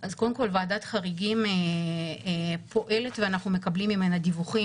ועדת חריגים פועלת ואנחנו מקבלים ממנה דיווחים